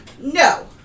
No